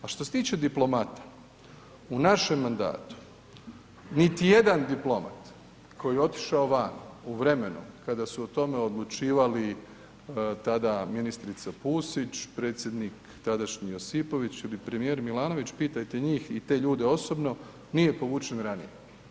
A što se tiče diplomata u našem mandatu, niti jedan diplomat koji je otišao van u vremenu kada su o tome odlučivali tada ministrica Pusić, predsjednik tadašnji Josipović ili premijer Milanović, pitajte njih i te ljude osobno nije povučen ranije.